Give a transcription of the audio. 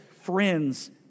friends